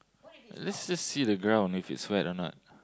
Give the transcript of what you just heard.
let's just see the ground if it's wet or not